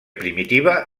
primitiva